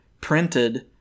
printed